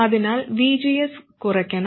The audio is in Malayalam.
അതിനാൽ VGS കുറയ്ക്കണം